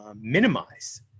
minimize